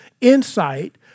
insight